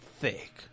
thick